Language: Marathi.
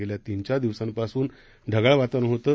गेल्या तीन चार दिवसांपासून ढगाळ वातावरण होतं